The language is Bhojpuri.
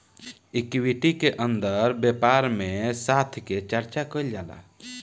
इक्विटी के अंदर व्यापार में साथ के चर्चा कईल जाला